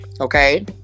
Okay